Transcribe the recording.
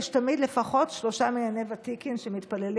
יש תמיד לפחות שלושה מנייני ותיקים שמתפללים